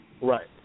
Right